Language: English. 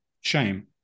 shame